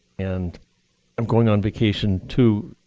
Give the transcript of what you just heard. and i'm going on vacation, too,